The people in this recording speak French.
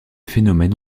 phénomènes